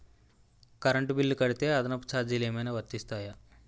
Current bill కడితే అదనపు ఛార్జీలు ఏమైనా వర్తిస్తాయా?